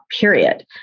period